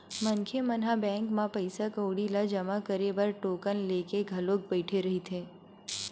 मनखे मन ह बैंक म पइसा कउड़ी ल जमा करे बर टोकन लेके घलोक बइठे रहिथे